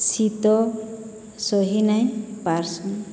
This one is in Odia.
ଶୀତ ସହି ନାଇଁ ପାର୍ସନ୍